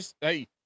Hey